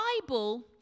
Bible